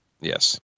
Yes